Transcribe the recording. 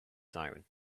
siren